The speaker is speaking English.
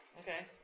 Okay